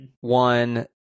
one